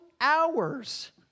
hours